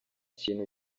kintu